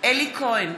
אלי כהן,